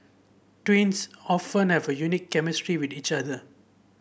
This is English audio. twins often have a unique chemistry with each other